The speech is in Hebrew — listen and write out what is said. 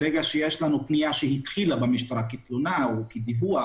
ברגע שיש פניה שהתחילה במשטרה כפניה או כדיווח,